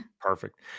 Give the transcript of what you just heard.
Perfect